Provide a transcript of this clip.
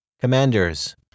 Commanders